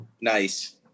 nice